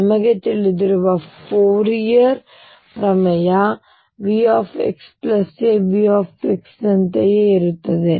ಅದು ನಿಮಗೆ ತಿಳಿದಿರುವ ಫೋರಿಯರ್ ಪ್ರಮೇಯ ಆದ್ದರಿಂದ V xa V ನಂತೆಯೇ ಆಗುತ್ತದೆ